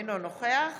אינו נוכח